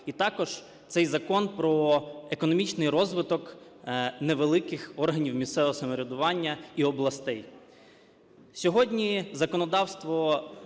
І також цей закон про економічний розвиток невеликих органів місцевого самоврядування і областей. Сьогодні законодавство